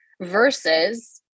versus